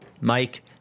Mike